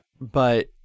But-